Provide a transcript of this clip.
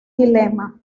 dilema